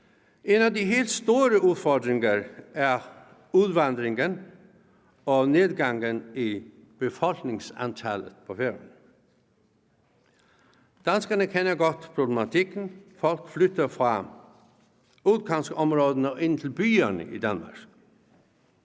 En af de helt store udfordringer er udvandringen og nedgangen i befolkningstallet på Færøerne. Danskerne kender godt problematikken. Folk flytter fra udkantsområderne og ind til byerne i Danmark.